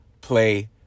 play